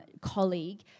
colleague